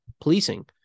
policing